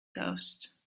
ghost